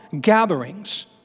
gatherings